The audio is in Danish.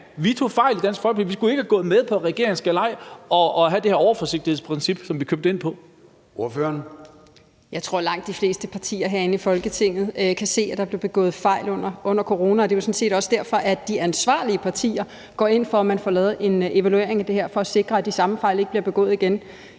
vi tog fejl i Dansk Folkeparti, vi skulle ikke være gået med på regeringens galej og have købt ind på det her overforsigtighedsprincip. Kl. 13:28 Formanden (Søren Gade): Ordføreren. Kl. 13:28 Mette Thiesen (DF): Jeg tror, at langt de fleste partier herinde i Folketinget kan se, at der blev begået fejl under corona, og det er jo sådan set også derfor, at de ansvarlige partier går ind for, at man får lavet en evaluering at det her – for at sikre, at de samme fejl ikke bliver begået igen.